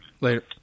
Later